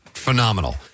phenomenal